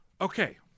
Okay